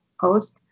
post